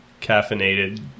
caffeinated